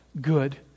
good